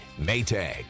Maytag